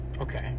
Okay